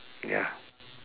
ya